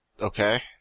Okay